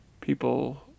people